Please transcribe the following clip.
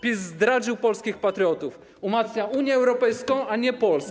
PiS zdradził polskich patriotów, umacnia Unię Europejską, a nie Polskę.